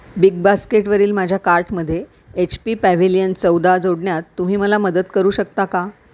big बास्केटवरील माझ्या कार्टमध्ये एच पी पॅव्हिलियन चौदा जोडण्यात तुम्ही मला मदत करू शकता का